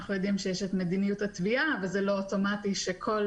אנחנו יודעים שיש את מדיניות התביעה אבל זה לא אוטומטי שכל